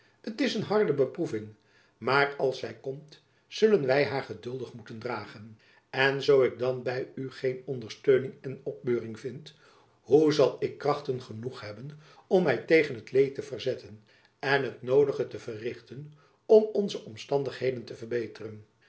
t is een harde beproeving maar als zy komt zullen wy haar geduldig moeten dragen en zoo ik dan by u geen ondersteuning en opbeuring vind hoe zal ik krachten genoeg hebben om my tegen het leed te verzetten en het noodige te verrichten om onze omstandigheden te verbeteren